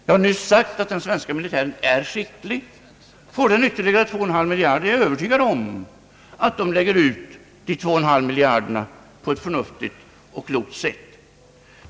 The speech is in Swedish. Jag har nyss sagt att den svenska militären är skicklig. Får den ytterligare 2,5 miljarder kronor, är jag övertygad om att den lägger ut dessa 2,5 miljarder på ett förnuftigt och klokt sätt.